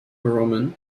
roman